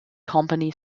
company